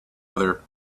other